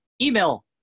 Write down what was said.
Email